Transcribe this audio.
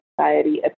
society